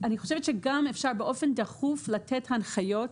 אני חושבת שגם אפשר באופן דחוף לתת הנחיות,